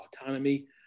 autonomy